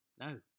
No